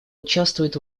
участвуют